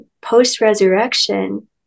Post-resurrection